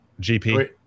GP